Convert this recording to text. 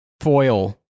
foil